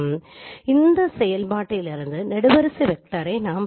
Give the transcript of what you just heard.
எனவே இந்த செயல்பாட்டிலிருந்து நெடுவரிசை வெக்டரை நாம் பெறுவோம்